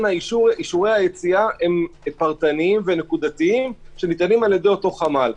אישורי היציאה הם פרטניים ונקודתיים וניתנים על ידי אותו חמ"ל.